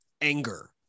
anger